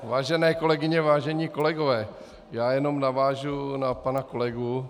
Vážené kolegyně, vážení kolegové, já jenom navážu na pana kolegu.